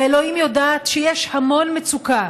ואלוהים יודעת שיש המון מצוקה: